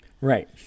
Right